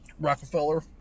Rockefeller